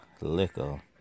liquor